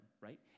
right